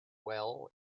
well